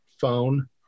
phone